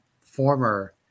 former